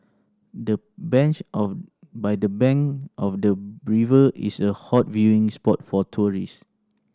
the bench of by the bank of the river is a hot viewing spot for tourists